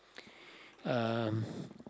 um